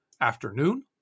afternoon